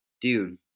dude